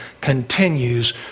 continues